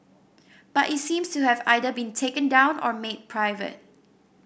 but it seems to have either been taken down or made private